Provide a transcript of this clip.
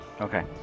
Okay